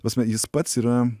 prasme jis pats yra